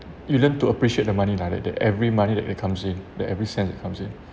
you learn to appreciate the money lah like that every money that it comes in that every cent that comes in